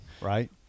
right